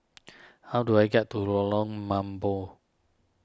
how do I get to Lorong Mambong